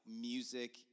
music